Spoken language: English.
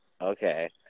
Okay